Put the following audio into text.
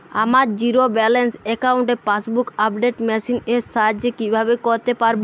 আমার zero balance অ্যাকাউন্টে passbook update machine এর সাহায্যে কীভাবে করতে পারব?